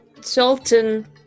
sultan